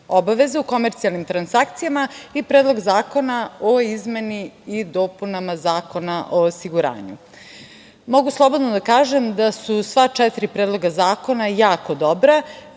obaveza u komercijalnim transakcijama i Predlog zakona o izmenama i dopunama Zakona o osiguranju. Mogu slobodno da kažem da su sva četiri predloga zakona jako dobra.